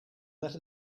let